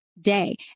day